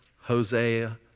Hosea